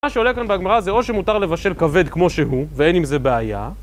מה שעולה כאן בגמרא זה או שמותר לבשל כבד כמו שהוא, ואין עם זה בעיה